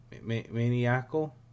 maniacal